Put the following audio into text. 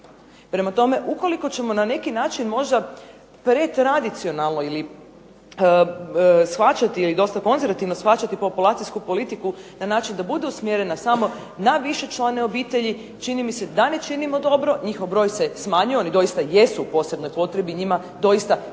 Prema tome, ukoliko ćemo na neki način možda pretradicionalno ili shvaćati ili dosta konzervativno shvaćati populacijsku politiku na način da bude usmjerena samo na višečlane obitelji čini mi se da ne činimo dobro. Njihov broj se smanjio. Oni doista jesu u posebnoj potrebi. Njima doista treba